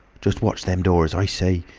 just watch them doors! i say!